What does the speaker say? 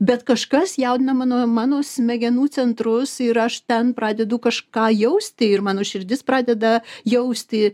bet kažkas jaudina mano mano smegenų centrus ir aš ten pradedu kažką jausti ir mano širdis pradeda jausti